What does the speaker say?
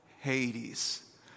Hades